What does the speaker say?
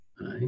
right